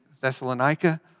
Thessalonica